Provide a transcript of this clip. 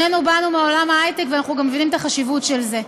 שנינו באנו מעולם ההיי-טק ואנחנו גם מבינים את החשיבות של זה,